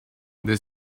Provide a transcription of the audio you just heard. the